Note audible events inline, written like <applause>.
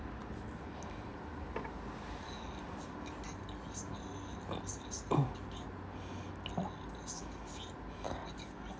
uh oh <noise> <breath>